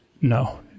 no